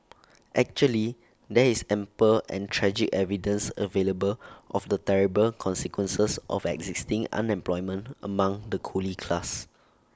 actually there is ample and tragic evidence available of the terrible consequences of existing unemployment among the coolie class